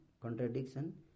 contradiction